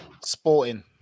Sporting